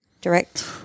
direct